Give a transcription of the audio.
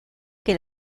que